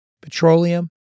petroleum